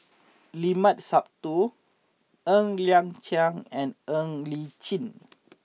Limat Sabtu Ng Liang Chiang and Ng Li Chin